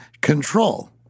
control